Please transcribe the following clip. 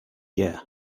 yeah